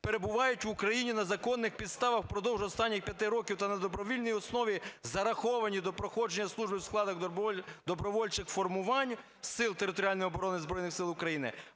перебувають в Україні на законних підставах впродовж останніх п'яти років та на добровільній основі зараховані до проходження служби в складі добровольчих формувань, Сил